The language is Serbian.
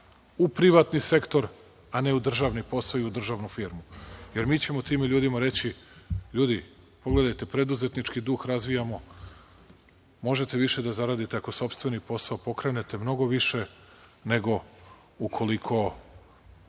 u privatni sektor, a ne u državni posao i u državnu firmu, jer mi ćemo tim ljudima reći – ljudi, pogledajte preduzetnički duh razvijamo, možete više da zaradite ako sopstveni posao pokrenete, mnogo više nego ukoliko